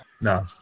No